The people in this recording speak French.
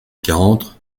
quarante